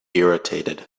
irritated